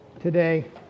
today